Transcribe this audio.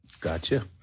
Gotcha